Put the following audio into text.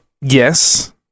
Yes